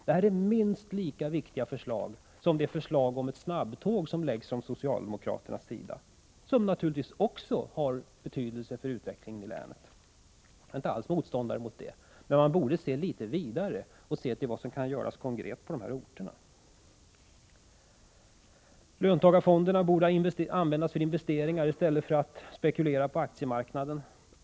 De här förslagen är minst lika viktiga som det förslag om ett snabbtåg som framförs från socialdemokraternas sida och som naturligtvis också skulle ha betydelse för utvecklingen i länet. Jag är inte alls motståndare till det, men man borde litet vidare undersöka vad som konkret kan göras på dessa orter. Löntagarfonderna borde användas för investeringar i stället för till spekulationer på aktiemarknaden.